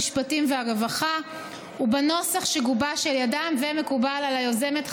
המשפטים והרווחה ובנוסח שגובש על ידם ומקובל על היוזמת,